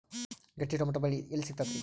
ಗಟ್ಟಿ ಟೊಮೇಟೊ ತಳಿ ಎಲ್ಲಿ ಸಿಗ್ತರಿ?